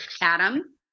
Adam